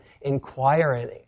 inquiring